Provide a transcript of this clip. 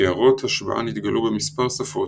קערות השבעה נתגלו במספר שפות,